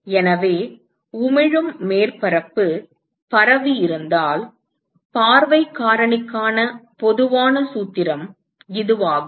எனவே உமிழும் மேற்பரப்பு பரவியிருந்தால் பார்வைக் காரணிக்கான பொதுவான சூத்திரம் இதுவாகும்